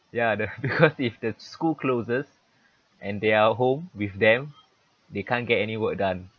ya because if the school closes and they are home with them they can't get any work done